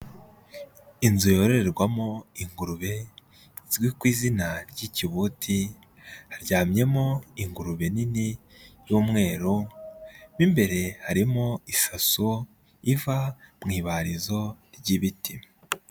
Inzu yororerwamo ingurube, izwi ku izina ry'ikibuti, haryamyemo ingurube nini, y'umweru mo imbere harimo isaso iva mu ibarizo ry'ibiti.